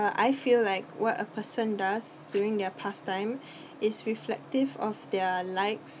uh I feel like what a person does during their pastime is reflective of their likes